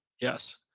Yes